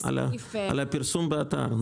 על הפרסום באתר.